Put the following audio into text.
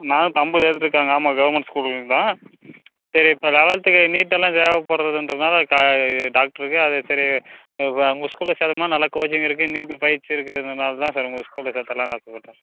நானூற்றைம்பது எடுத்திருக்காங்க ஆமாம் சார் கவுர்மெண்ட் ஸ்கூல் தான் சரி இப்போ லெவன்த்துக்கு நீட்டெல்லாம் தேவைப்படுறதுன்றனால இது டாக்டருக்கு அது சரி உங்கள் ஸ்கூலில் சேர்த்தோம்னா நல்ல கோச்சிங்கு இருக்குது நீட் பயிற்சி இருக்கும்ன்றதனால தான் உங்கள் ஸ்கூலில் சேத்துடலான்னு ஆசைப்பட்டேன்